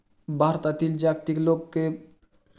भारतातील जागतिक लोकसंख्येपैकी वीस टक्के बकऱ्या आहेत